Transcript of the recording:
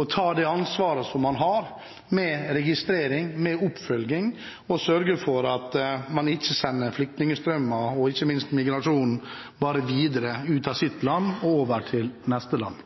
å ta det ansvaret som man har med registrering og med oppfølging, og sørge for at man ikke sender flyktningstrømmer og ikke minst migrasjonen bare videre ut av sitt land og over til neste land.